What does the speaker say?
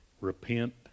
repent